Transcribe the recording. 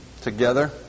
together